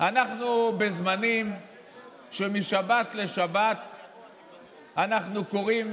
אנחנו בזמנים שמשבת לשבת אנחנו קוראים